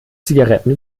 zigaretten